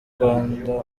rwanda